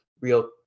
real